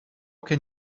can